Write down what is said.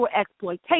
exploitation